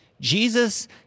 Jesus